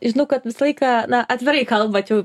žinau kad visą laiką na atvirai kalbat jau